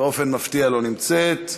באופן מפתיע לא נמצאת,